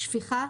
שפיכה,